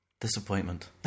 disappointment